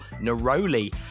neroli